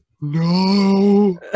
No